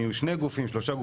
משני גופים לשלושה,